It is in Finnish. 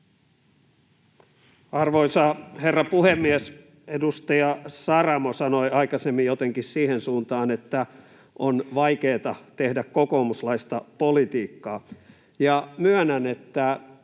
Arvoisa herra puhemies! Edustaja Saramo sanoi aikaisemmin jotenkin siihen suuntaan, että on vaikeata tehdä kokoomuslaista politiikkaa.